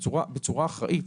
בצורה אחראית.